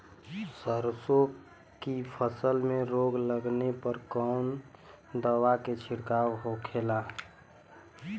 सरसों की फसल में रोग लगने पर कौन दवा के छिड़काव होखेला?